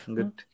Good